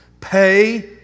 Pay